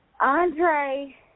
Andre